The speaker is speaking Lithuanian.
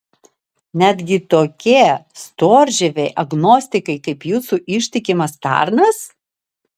netgi tokie storžieviai agnostikai kaip jūsų ištikimas tarnas